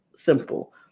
simple